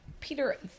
Peter